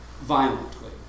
violently